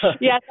Yes